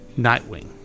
Nightwing